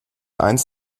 eins